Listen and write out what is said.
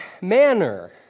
manner